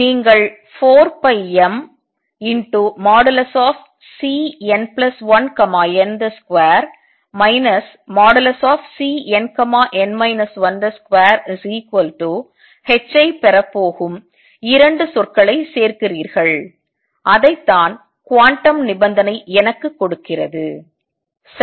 நீங்கள் 4πm|Cn1n |2 |Cnn 1 |2h ஐ பெறப் போகும் 2 சொற்களைச் சேர்க்கிறீர்கள் அதைத்தான் குவாண்டம் நிபந்தனை எனக்கு கொடுக்கிறது சரி